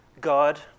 God